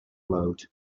float